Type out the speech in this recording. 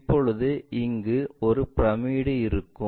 அப்போது இங்கு ஒரு பிரமிடு இருக்கும்